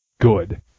good